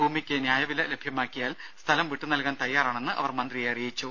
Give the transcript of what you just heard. ഭൂമിയ്ക്ക് ന്യായവില ലഭ്യമാക്കിയാൽ സ്ഥലം വിട്ടുനൽകാൻ തയ്യാറാണെന്ന് അവർ മന്ത്രിയെ അറിയിച്ചു